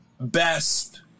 best